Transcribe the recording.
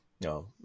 No